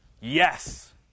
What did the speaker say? yes